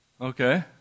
okay